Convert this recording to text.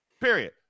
period